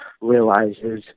realizes